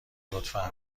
لطفا